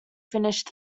finished